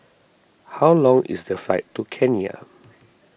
how long is the flight to Kenya